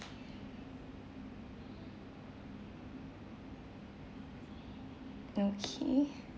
okay